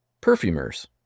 perfumers